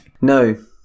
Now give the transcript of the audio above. No